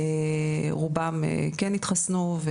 רובם כן התחסנו.